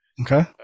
Okay